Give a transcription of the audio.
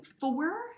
four